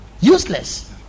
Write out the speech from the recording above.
Useless